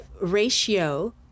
ratio